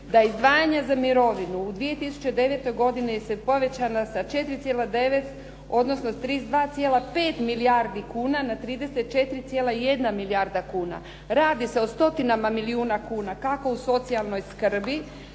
da izdvajanja za mirovinu u 2009. godini su povećana sa 4,9 odnosno s 32,5 milijardi kuna na 34,1 milijarda kuna. Radi se o stotinama milijuna kuna kako u socijalnoj skrbi,